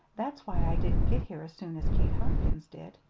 that's why i didn't get here as soon as kate hopkins did.